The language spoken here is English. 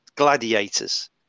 gladiators